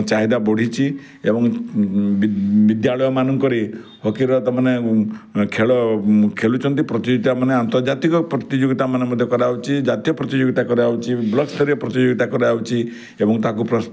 ଚାହିଦା ବଢ଼ିଛି ଏବଂ ବିଦ୍ୟାଳୟ ମାନଙ୍କରେ ହକିର ତ ମାନେ ଖେଳ ଖେଳୁଛନ୍ତି ପ୍ରତିଯୋଗିତା ମାନେ ଆନ୍ତର୍ଜାତିକ ପ୍ରତିଯୋଗିତାମାନେ ମଧ୍ୟ କରାହେଉଛି ଜାତୀୟ ପ୍ରତିଯୋଗିତା କରାହେଉଛି ବ୍ଲକ୍ ସ୍ତରୀୟ ପ୍ରତିଯୋଗିତା କରାହେଉଛି ଏବଂ ତାକୁ ପ୍ରଶ୍